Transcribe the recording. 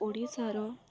ଓଡ଼ିଶାର